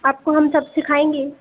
आपको हम सब सिखाएँगे